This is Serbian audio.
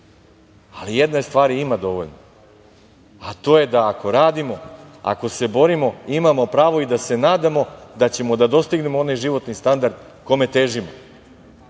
ali jedne stvari ima dovoljno, a to je da ako radimo, ako se borimo, imamo pravo i da se nadamo da ćemo da dostignemo onaj životni standard kome težimo. Ovi